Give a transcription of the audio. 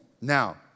Now